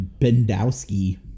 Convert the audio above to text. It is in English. Bendowski